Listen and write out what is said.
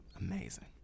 Amazing